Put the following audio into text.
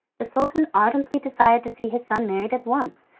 the sultan ardently desired to see his son married at once,